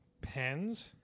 pens